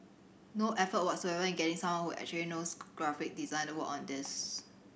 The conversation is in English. no effort whatsoever in getting someone who actually knows graphic design to work on this